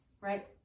right